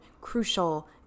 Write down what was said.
crucial